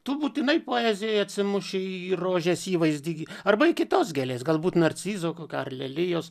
tu būtinai poezijoj atsimuši į rožės įvaizdį arba į kitos gėlės galbūt narcizo kokio ar lelijos